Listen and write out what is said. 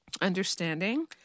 understanding